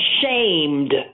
shamed